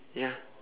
ya